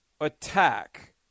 attack